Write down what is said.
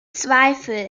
zweifel